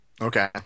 Okay